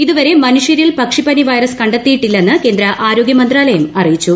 ഇതുവരെ മനുഷൃരിൽ പക്ഷിപ്പനി വൈറസ് കണ്ടെത്തിയിട്ടില്ലെന്ന് കേന്ദ്ര ആരോഗ്യമന്ത്രാലയം അറിയിച്ചു